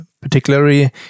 particularly